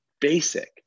basic